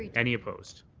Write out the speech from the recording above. any opposed?